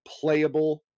playable